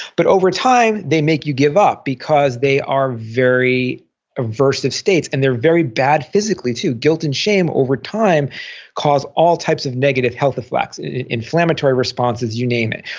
but over time, they make you give up because they are very aversive states and they're very bad physically, too. guilt and shame over time cause all types of negative health effects, inflammatory responses, you name it,